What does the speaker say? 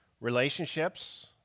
relationships